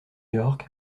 york